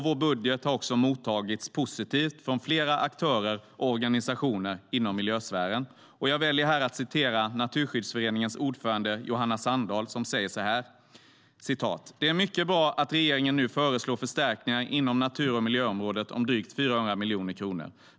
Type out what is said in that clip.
Vår budget har också mottagits positivt av flera aktörer och organisationer inom miljösfären. Jag väljer här att citera Naturskyddsföreningens ordförande Johanna Sandahl, som säger så här:"Det är mycket bra att regeringen nu föreslår förstärkningar inom natur och miljöområdet om drygt 400 milj kr.